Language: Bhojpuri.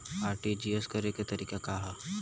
आर.टी.जी.एस करे के तरीका का हैं?